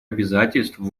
обязательств